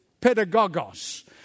pedagogos